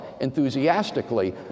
enthusiastically